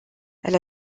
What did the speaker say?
elle